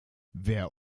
wer